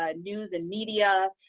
ah news and media.